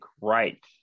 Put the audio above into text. Right